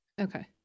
okay